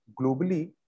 globally